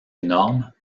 énorme